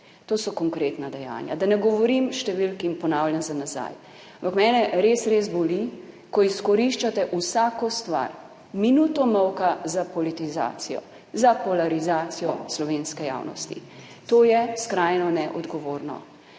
To so konkretna dejanja; da ne govorim številk in ponavljam za nazaj. Ampak mene res boli, ko izkoriščate vsako stvar, minuto molka za politizacijo, za polarizacijo slovenske javnosti. To je skrajno neodgovorno.